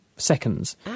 Seconds